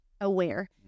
aware